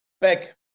back